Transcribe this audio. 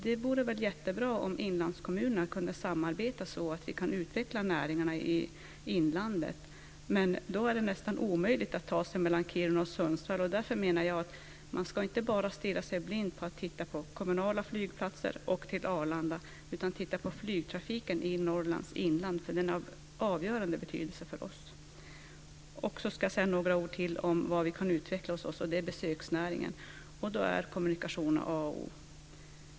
Det vore väl jättebra om inlandskommunerna kunde samarbeta så att vi kan utveckla näringarna i inlandet. Men då är det nästan omöjligt att ta sig mellan Kiruna och Sundsvall. Därför menar jag att man inte bara ska stirra sig blind på kommunala flygplatser och trafik till Arlanda, utan man ska också titta på flygtrafiken i Norrlands inland. Den är av avgörande betydelse för oss. Sedan ska jag säga några ord till om vad vi kan utveckla hos oss, och det är besöksnäringen. Då är kommunikationer A och O.